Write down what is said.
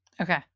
Okay